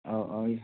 औ औ